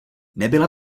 nebyla